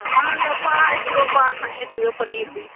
हा त पाउ हिकिड़ो पाउ खणी अचिजो पनीर बि